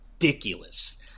ridiculous